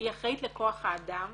היא אחראית לכוח האדם